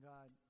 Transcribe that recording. God